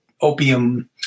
opium